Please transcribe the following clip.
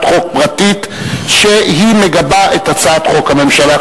חוק פרטית שמגבה הצעת חוק של הממשלה,